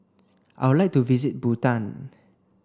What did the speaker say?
I would like to visit Bhutan